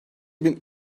bin